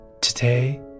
Today